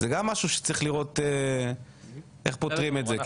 זה גם משהו שצריך לראות איך פותרים את זה,